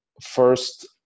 first